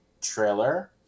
trailer